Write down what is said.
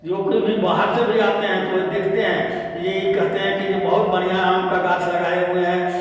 जो कोई भी बाहर से भी आते हैं तो ये देखते हैं ये कहते हैं कि जो बहुत बढ़िया आम का गाछ लगाए हुए हैं